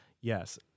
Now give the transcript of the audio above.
yes